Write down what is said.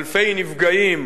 אלפי נפגעים: